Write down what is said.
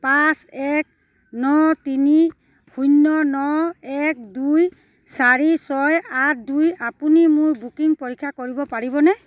পাঁচ এক ন তিনি শূন্য ন এক দুই চাৰি ছয় আঠ দুই আপুনি মোৰ বুকিং পৰীক্ষা কৰিব পাৰিবনে